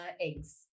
eggs